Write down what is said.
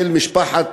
של משפחת